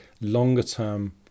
longer-term